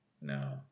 No